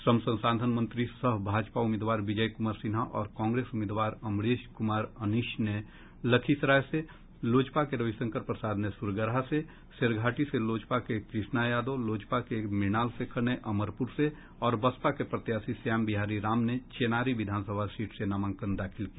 श्रम संसाधन मंत्री सह भाजपा उम्मीदवार विजय कुमार सिन्हा और कांग्रेस उम्मीदवार अमरेश कुमार अनिश ने लखीसराय से लोजपा के रविशंकर प्रसाद ने सूर्यगढ़ा से शेरघाटी से लोजपा के कृष्णा यादव लोजपा के मृणाल शेखर ने अमरपुर से और बसपा के प्रत्याशी श्याम बिहारी राम ने चेनारी विधानसभा सीट से नामांकन दाखिल किया